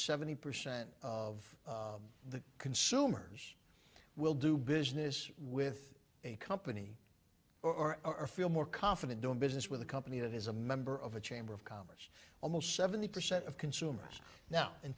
seventy percent of the consumers will do business with a company or or feel more confident doing business with a company that is a member of a chamber of commerce almost seventy percent of consumers now in